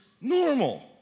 normal